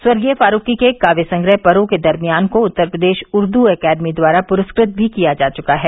सर्गीय फारूकी के काव्य संग्रह परों के दरमियान को उत्तर प्रदेश उर्दू एकेडमी द्वारा पुरस्कृत भी किया जा चुका है